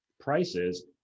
prices